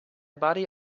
body